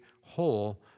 whole